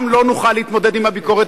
גם לא נוכל להתמודד עם הביקורת